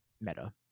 meta